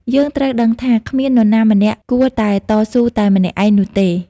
យើងត្រូវដឹងថា គ្មាននរណាម្នាក់គួរតែតស៊ូតែម្នាក់ឯងនោះទេ។